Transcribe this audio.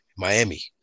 Miami